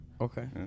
Okay